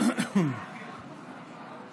תרשום אותי.